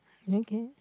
okay